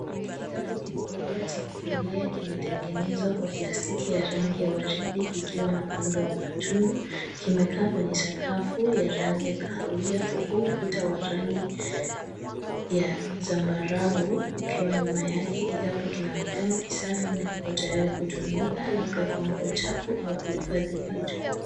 Kikapu kikubwa cha kufulia kimetengenezwa kwa plastiki ya rangi ya waridi kikiwa na muundo wa matundu. Kimekaa kwenye sakafu ya rangi ya kahawia huku ukuta wa rangi ya zambarau ukiwa nyuma yake. Kikapu kinaonekana kisafi na kiko tayari kutumika labda kwa nguo chafu au kuhifadhi vitu.